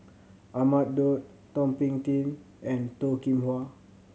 Ahmad Daud Thum Ping Tjin and Toh Kim Hwa